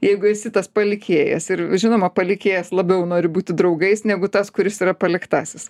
jeigu esi tas palikėjas ir žinoma palikėjas labiau nori būti draugais negu tas kuris yra paliktasis